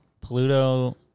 Pluto